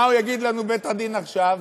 מה יגיד לנו בית-הדין עכשיו?